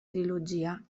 trilogia